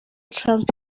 trump